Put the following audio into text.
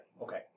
Okay